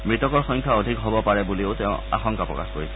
মৃতকৰ সংখ্যা অধিক হব পাৰে বুলিও তেওঁ আশংকা প্ৰকাশ কৰিছে